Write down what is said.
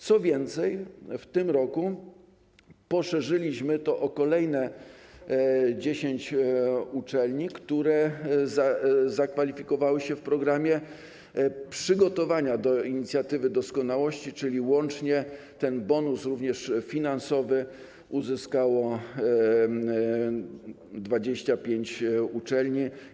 Co więcej, w tym roku poszerzyliśmy to grono o kolejne 10 uczelni, które zakwalifikowały się do programu w zakresie przygotowań do inicjatywy doskonałości, czyli łącznie ten bonus również finansowy uzyskało 25 uczelni.